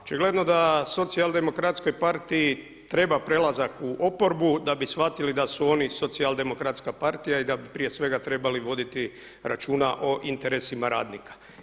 Očigledno da Socijaldemokratskoj partiji treba prelazak u oporbu da bi shvatili da su oni Socijaldemokratska partija i da bi prije svega trebali voditi računa o interesima radnika.